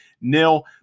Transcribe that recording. nil